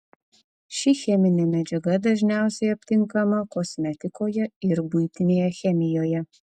ši cheminė medžiaga dažniausiai aptinkama kosmetikoje ir buitinėje chemijoje